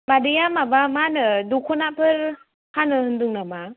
मादैया माबा मा होनो दखनाफोर फानो होनदों नामा